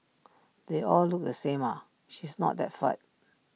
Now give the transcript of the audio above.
they all look the same ah she's not that fat